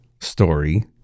story